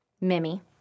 Mimi